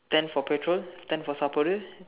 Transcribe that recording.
ten for petrol ten for saappadu